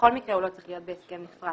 בכל מקרה הוא לא צריך להיות בהסכם נפרד.